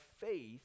faith